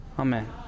Amen